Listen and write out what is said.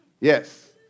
Yes